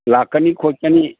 ꯂꯥꯛꯀꯅꯤ ꯈꯣꯠꯀꯅꯤ